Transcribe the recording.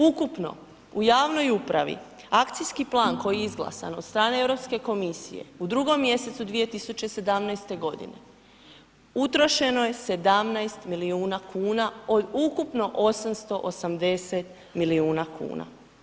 Ukupno u javnoj upravi Akcijski plan koji je izglasan od strane Europske komisije u drugom mjesecu 2017. godine, utrošeno je 17 milijuna kuna od ukupno 880 milijuna kuna.